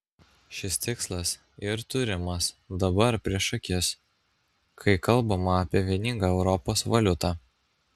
šis tikslas ir turimas dabar prieš akis kai kalbama apie vieningą europos valiutą